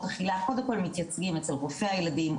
אכילה קודם כל מתייצבים אצל רופא הילדים,